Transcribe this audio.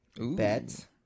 bet